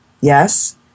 Yes